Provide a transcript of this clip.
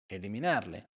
eliminarle